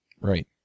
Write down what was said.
Right